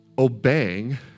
Obeying